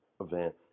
event